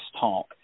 talk